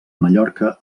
mallorca